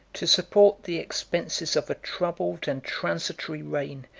to support the expenses of a troubled and transitory reign,